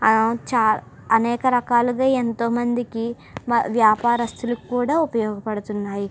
చ అనేక రకాలుగా ఎంతో మందికి మ వ్యాపారస్తులకు కూడా ఉపయోగపడుతున్నాయి